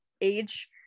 age